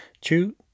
Two